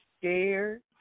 Scared